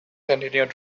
continued